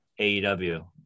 AEW